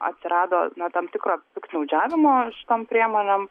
atsirado na tam tikro piktnaudžiavimo tom priemonėm